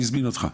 מי הזמין אותך?